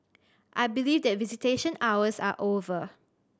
I believe that visitation hours are over